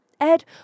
Ed